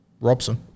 Robson